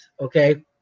okay